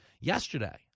yesterday